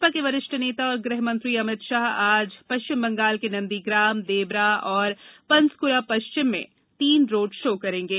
भाजपा के वरिष्ठ नेता और गृह मंत्री अमित शाह आज पश्चिम बंगाल के नंदीग्राम देबरा और पंसकुरा पश्चिम में तीन रोड शो करेंगे